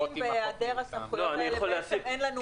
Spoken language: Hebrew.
האם בהיעדר הסמכויות האלה אין לנו מידע?